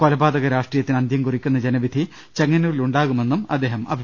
കൊലപാതക രാഷ്ട്രീയത്തിന് അന്ത്യം കൂറിക്കുന്ന ജനവിധി ചെങ്ങന്നൂരിലുണ്ടാകുമെന്നും അദ്ദേഹം പറഞ്ഞു